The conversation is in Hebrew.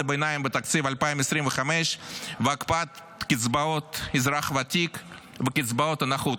הביניים בתקציב 2025 ועל הקפאת קצבאות אזרח ותיק וקצבאות הנכות.